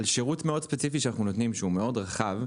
על שירות מאוד ספציפי שאנחנו נותנים והוא מאוד רחב,